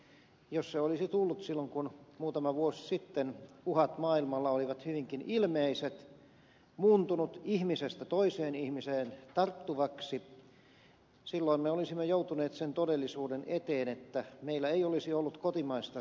jos se olisi tullut silloin kun muutama vuosi sitten uhat maailmalla olivat hyvinkin ilmeiset ja muuntunut ihmisestä toiseen ihmiseen tarttuvaksi silloin me olisimme joutuneet sen todellisuuden eteen että meillä ei olisi ollut kotimaista rokotetuotantoa